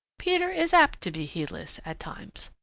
peter is apt to be heedless at times.